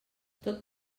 tot